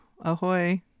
Ahoy